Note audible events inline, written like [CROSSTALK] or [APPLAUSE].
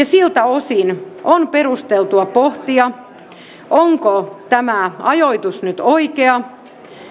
[UNINTELLIGIBLE] siltä osin on perusteltua pohtia onko tämä ajoitus nyt oikea